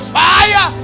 fire